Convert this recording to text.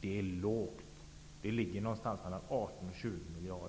det är lågt räknat. Det rör sig om mellan 18 och 20 miljarder.